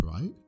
right